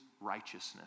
righteousness